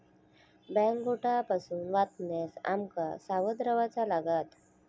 bank घोटाळा पासून वाचण्याक आम का सावध रव्हाचा लागात